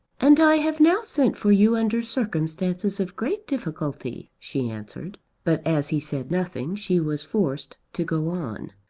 and i have now sent for you under circumstances of great difficulty, she answered but as he said nothing she was forced to go on.